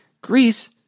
Greece